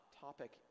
topic